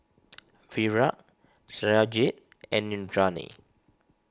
Virat Satyajit and Indranee